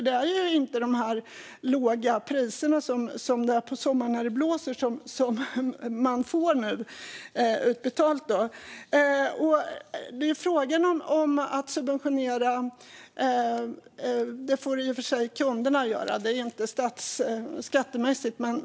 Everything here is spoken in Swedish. Det är ju inte de låga priserna på sommaren när det blåser som man nu får utbetalda. Subventionera får i och för sig kunderna göra. Det sker inte via skatten.